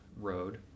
road